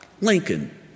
Lincoln